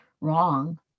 wrong